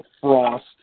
Frost